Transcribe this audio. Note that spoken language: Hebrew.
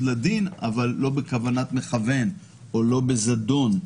לדין אם הושגו לא בכוונת מכוון ולא בזדון.